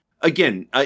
Again